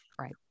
right